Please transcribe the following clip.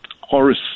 Horace